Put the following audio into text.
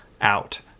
out